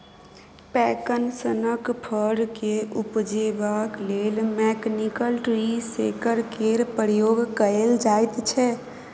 पैकन सनक फर केँ उपजेबाक लेल मैकनिकल ट्री शेकर केर प्रयोग कएल जाइत छै